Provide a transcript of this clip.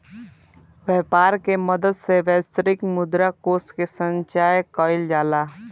व्यापर के मदद से वैश्विक मुद्रा कोष के संचय कइल जाला